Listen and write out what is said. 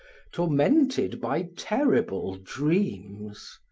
tormented by terrible dreams.